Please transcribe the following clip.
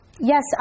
Yes